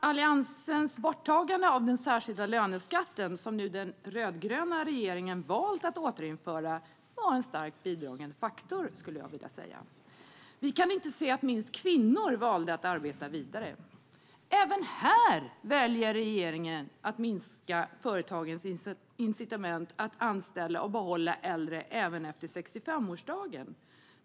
Alliansens borttagande av den särskilda löneskatten - som nu den rödgröna regeringen valt att återinföra - var en starkt bidragande faktor. Vi kunde se att inte minst kvinnor valde att arbeta vidare. Även här väljer regeringen att minska företagens incitament att anställa och behålla äldre också efter 65-årsdagen.